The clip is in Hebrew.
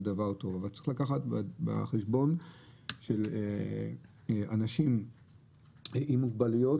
זה דבר טוב אבל צריך לקחת בחשבון שאנשים עם מוגבלויות,